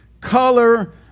color